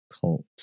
cult